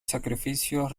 sacrificios